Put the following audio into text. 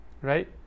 Right